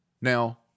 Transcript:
Now